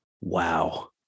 Wow